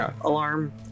alarm